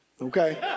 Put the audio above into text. okay